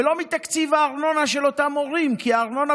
ולא מתקציב הארנונה של אותם הורים כי הארנונה